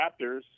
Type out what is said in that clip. Raptors